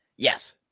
Yes